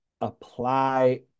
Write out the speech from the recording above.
apply